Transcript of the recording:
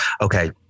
okay